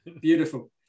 beautiful